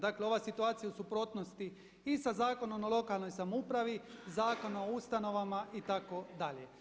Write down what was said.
Dakle ova situacija je u suprotnosti i sa Zakonom o lokalnoj samoupravi, Zakonom o ustanovama itd.